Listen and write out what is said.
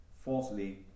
Fourthly